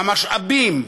במשאבים,